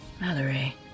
Mallory